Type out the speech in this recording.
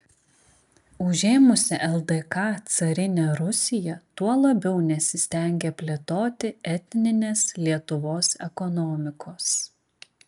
užėmusi ldk carinė rusija tuo labiau nesistengė plėtoti etninės lietuvos ekonomikos